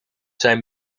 zijn